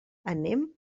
anem